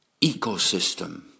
ecosystem